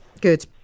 Good